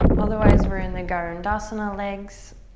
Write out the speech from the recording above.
otherwise we're in the garudasana legs-ish,